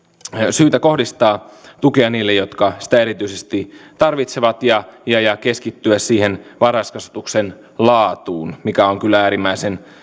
syytä kohdistaa tukea niille jotka sitä erityisesti tarvitsevat ja keskittyä siihen varhaiskasvatuksen laatuun mikä on kyllä äärimmäisen